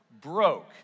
broke